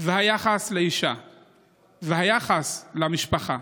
וביחס לאישה וביחס למשפחה,